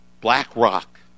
BlackRock